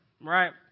right